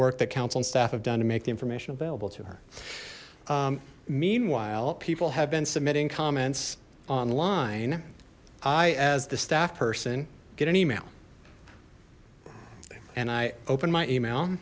work that counsel and staff have done to make the information available to her meanwhile people have been submitting comments online i as the staff person get an email and i open my email